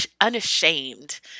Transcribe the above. unashamed